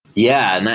yeah.